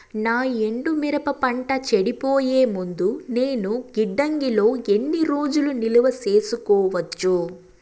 నా ఎండు మిరప పంట చెడిపోయే ముందు నేను గిడ్డంగి లో ఎన్ని రోజులు నిలువ సేసుకోవచ్చు?